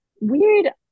weird